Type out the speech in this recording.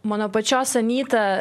mano pačios anyta